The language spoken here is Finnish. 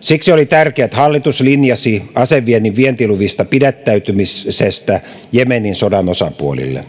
siksi oli tärkeää että hallitus linjasi aseviennin vientiluvista pidättäytymisestä jemenin sodan osapuolille